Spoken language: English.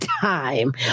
time